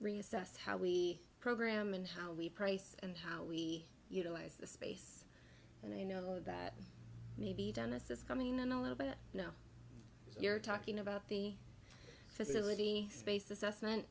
reassess how we program and how we price and how we utilize the space and i know that maybe dennis is coming on a little bit now you're talking about the facility space assessment